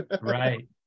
Right